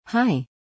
Hi